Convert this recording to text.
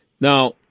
Now